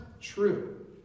true